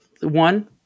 One